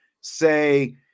say